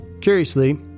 Curiously